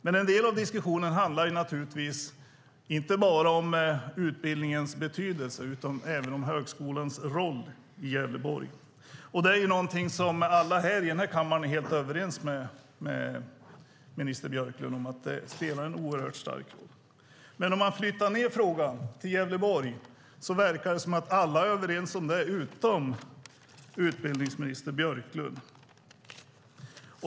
Men diskussionen handlar naturligtvis inte bara om utbildningens betydelse utan även om högskolans roll i Gävleborg. Alla i den här kammaren är helt överens med minister Björklund om att den spelar en oerhört stor roll. Men om man flyttar frågan till Gävleborg verkar det som att alla är överens om det utom utbildningsminister Björklund.